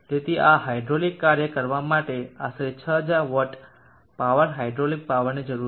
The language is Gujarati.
તેથી આ હાઇડ્રોલિક કાર્ય કરવા માટે આશરે 6000 વોટ પાવર હાઇડ્રોલિક પાવરની જરૂર છે